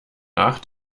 nach